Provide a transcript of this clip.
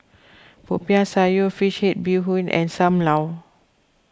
Popiah Sayur Fish Head Bee Hoon and Sam Lau